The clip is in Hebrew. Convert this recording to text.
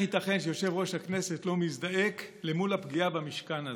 איך ייתכן שיושב-ראש הכנסת לא מזדעק מול הפגיעה במשכן הזה,